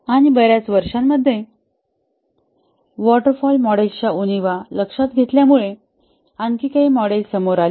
आणि बर्याच वर्षांमध्ये वॉटर फॉल मॉडेलच्या उणीवा लक्षात घेतल्यामुळे आणखी काही मॉडेल्स समोर आली